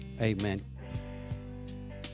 amen